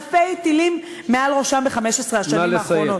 אלפי טילים מעל ראשיהם ב-15 השנים האחרונות.